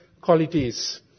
qualities